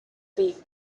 beach